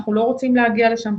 אנחנו לא רוצים להגיע לשם.